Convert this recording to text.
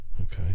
Okay